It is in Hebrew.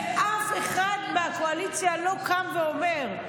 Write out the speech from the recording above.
ואף אחד מהקואליציה לא קם ואומר.